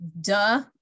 Duh